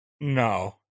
No